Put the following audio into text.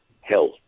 health